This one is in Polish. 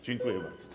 Dziękuję bardzo.